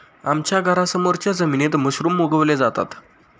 आमच्या घरासमोरच्या जमिनीत मशरूम उगवले जातात